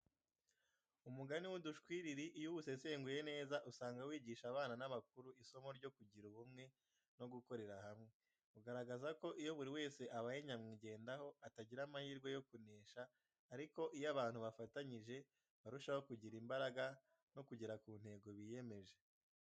Umugani w’udushwiriri iyo uwusesenguye neza usanga wigisha abana n’abakuru isomo ryo kugira ubumwe no gukorera hamwe. Ugaragaza ko iyo buri wese abaye nyamwigendaho atagira amahirwe yo kunesha ariko iyo abantu bafatanyije barushaho kugira imbaraga no kugera ku ntego biyemeje.